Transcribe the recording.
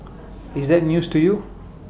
is that news to you